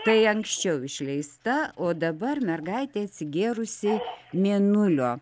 tai anksčiau išleista o dabar mergaitė atsigėrusi mėnulio